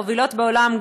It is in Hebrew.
המובילות בעולם,